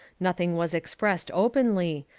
nothing was expressed openly.